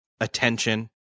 attention